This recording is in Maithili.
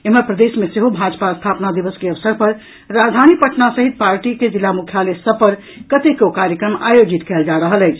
एम्हर प्रदेश मे सेहो भाजपा स्थापना दिवस के अवसर पर राजधानी पटना सहित पार्टी के जिला मुख्यालय सभ पर कतेको कार्यक्रम आयोजित कयल जा रहल अछि